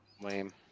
lame